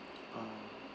ah